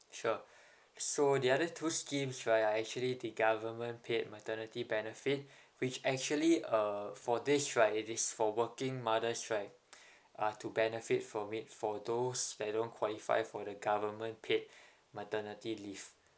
sure so the other two schemes right are actually the government paid maternity benefit which actually uh for this right it is for working mothers right uh to benefit from it for those that don't qualify for the government paid maternity leave